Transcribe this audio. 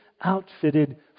outfitted